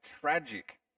tragic